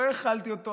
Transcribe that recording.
לא האכלתי אותו,